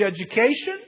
education